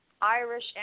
Irish